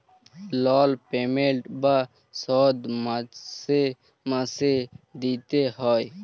লল পেমেল্ট বা শধ মাসে মাসে দিইতে হ্যয়